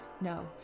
No